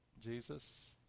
Jesus